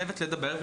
לשבת לדבר,